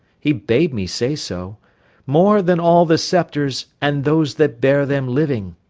he bade me say so more than all the sceptres and those that bear them, living.